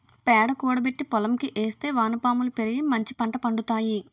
పేడ కూడబెట్టి పోలంకి ఏస్తే వానపాములు పెరిగి మంచిపంట పండుతాయి